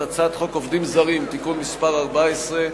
הצעת חוק עובדים זרים (תיקון מס' 14)